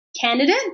candidate